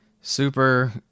Super